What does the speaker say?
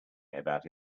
about